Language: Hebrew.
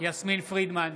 יסמין פרידמן,